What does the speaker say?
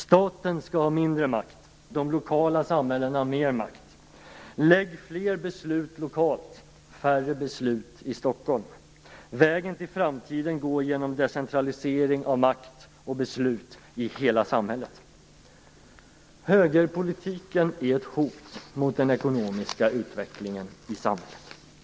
Staten skall ha mindre makt och de lokala samhällena mer makt. Lägg fler beslut lokalt och färre beslut i Stockholm. Vägen till framtiden går genom decentralisering av makt och beslut i hela samhället. Högerpolitiken är ett hot mot den ekonomiska utvecklingen i samhället.